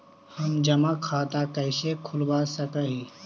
हम जमा खाता कैसे खुलवा सक ही?